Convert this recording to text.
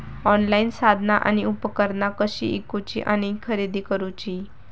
Online साधना आणि उपकरणा कशी ईकूची आणि खरेदी करुची?